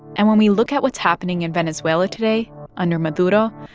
and when we look at what's happening in venezuela today under maduro,